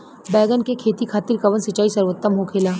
बैगन के खेती खातिर कवन सिचाई सर्वोतम होखेला?